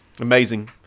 amazing